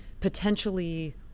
potentially